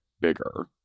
bigger